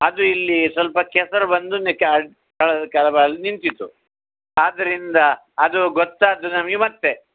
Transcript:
ಅದು ಇಲ್ಲಿ ಸ್ವಲ್ಪ ಕೆಸರು ಬಂದು ಕೆಳಭಾಗ ನಿಂತಿತು ಆದ್ರಿಂದ ಅದು ಗೊತ್ತಾದ್ದು ನಮಗೆ ಮತ್ತು